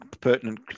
pertinent